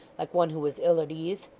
like one who was ill at ease,